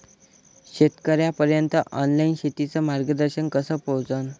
शेतकर्याइपर्यंत ऑनलाईन शेतीचं मार्गदर्शन कस पोहोचन?